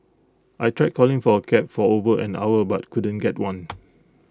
I tried calling for A cab for over an hour but couldn't get one